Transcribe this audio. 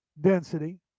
density